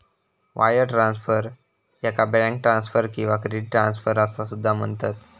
wire transfer, याका bank transfer किंवा credit transfer असा सुद्धा म्हणतत